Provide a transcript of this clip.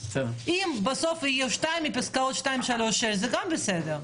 אם בסוף יהיו שתיים מפסקאות 2 ,3 ,6, זה גם בסדר.